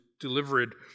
delivered